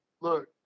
Look